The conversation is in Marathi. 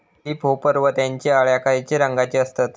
लीप होपर व त्यानचो अळ्या खैचे रंगाचे असतत?